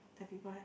that people have